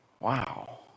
wow